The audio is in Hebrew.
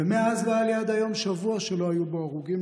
ומאז לא היה לי עד היום שבוע שלא היו בו הרוגים,